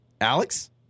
Alex